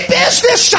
business